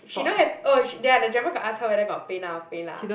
she don't have oh ya the driver got ask her whether got PayNow or PayLah